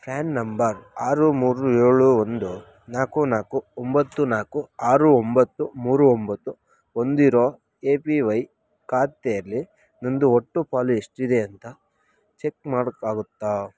fan number ಆರು ಮೂರು ಏಳು ಒಂದು ನಾಲ್ಕು ನಾಲ್ಕು ಒಂಬತ್ತು ನಾಲ್ಕು ಆರು ಒಂಬತ್ತು ಮೂರು ಒಂಬತ್ತು ಹೊಂದಿರೊ ಎ ಪಿ ವೈ ಖಾತೆಲಿ ನನ್ನದು ಒಟ್ಟು ಪಾಲು ಎಷ್ಟಿದೆ ಅಂತ ಚೆಕ್ ಮಾಡೋಕ್ಕಾಗುತ್ತಾ